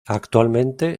actualmente